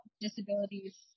disabilities